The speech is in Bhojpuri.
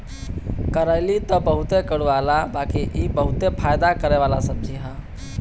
करइली तअ बहुते कड़ूआला बाकि इ बहुते फायदा करेवाला सब्जी हअ